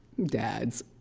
dads.